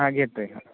हां घेतंय